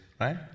right